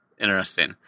interesting